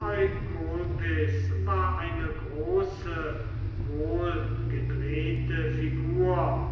eukolpis war eine große wohlgedrehte figur